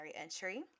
entry